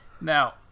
Now